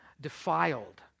defiled